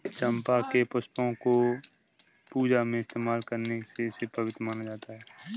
चंपा के पुष्पों को पूजा में इस्तेमाल करने से इसे पवित्र माना जाता